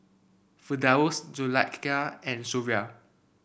Firdaus Zulaikha and Suria